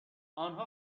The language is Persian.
آنها